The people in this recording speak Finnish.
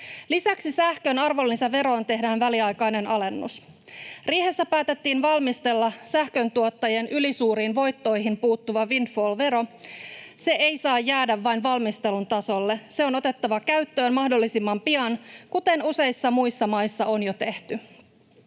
Lisäksi sähkön arvonlisäveroon tehdään väliaikainen alennus. Riihessä päätettiin valmistella sähköntuottajien ylisuuriin voittoihin puuttuva windfall-vero. Se ei saa jäädä vain valmistelun tasolle. Se on otettava käyttöön mahdollisimman pian, kuten useissa muissa maissa on jo tehty.